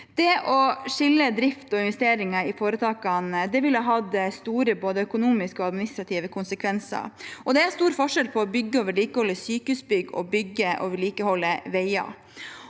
Det å skille mellom drift og investeringer i foretakene ville hatt store både økonomiske og administrative konsekvenser. Det er stor forskjell på å bygge og vedlikeholde sykehusbygg og bygge og vedlikeholde veier.